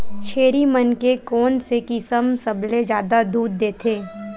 छेरी मन के कोन से किसम सबले जादा दूध देथे?